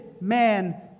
man